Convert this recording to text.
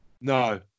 No